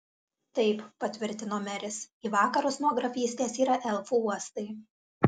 taip patvirtino meris į vakarus nuo grafystės yra elfų uostai